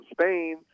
Spain